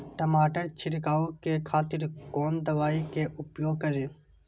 टमाटर छीरकाउ के खातिर कोन दवाई के उपयोग करी?